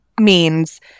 Means-